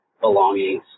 belongings